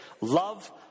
Love